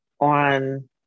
on